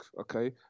okay